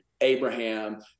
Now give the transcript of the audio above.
Abraham